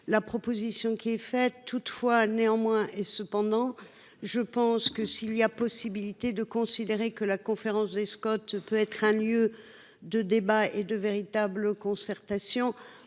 La proposition qui est faite toutefois néanmoins est cependant, je pense que s'il y a possibilité de considérer que la conférence des Scott peut être un lieu de débat et de véritables concertations.